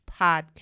podcast